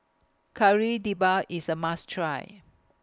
Kari Debal IS A must Try